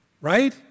right